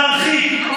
ולהרחיק,